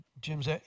Jim's